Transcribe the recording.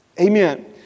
Amen